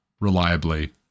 reliably